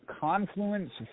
Confluence